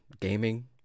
gaming